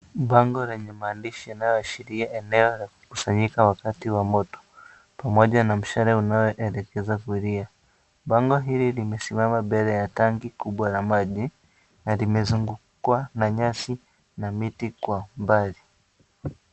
Bango lenye maandishi linaloashiria eneo la kukusanyika wakati wa moto pamoja na mshale unaoelekeza kulia. Bango hili limesimama mbele ya tanki kubwa la maji na limezungukwa na nyasi na miti kwa umbali.